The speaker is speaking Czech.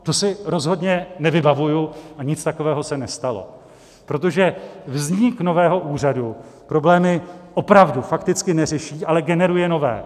To si rozhodně nevybavuji a nic takového se nestalo, protože vznik nového úřadu problémy opravdu, fakticky neřeší, ale generuje nové.